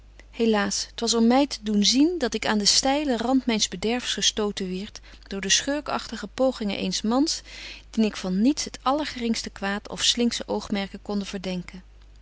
helaas t was om my te doen zien dat ik aan den steilen rand myns bederfs gestoten wierd door de schurkagtige pogingen eens mans dien ik van niets het allergeringste kwaad of slinksche oogmerken konde verdenken